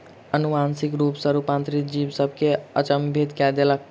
अनुवांशिक रूप सॅ रूपांतरित जीव सभ के अचंभित कय देलक